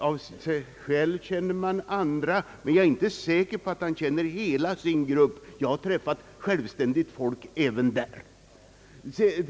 Av sig själv känne man andra, men jag är inte säker p att herr Birger Andersson känner h la sin grupp. Jag har träffat självstän igt folk även där.